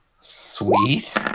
Sweet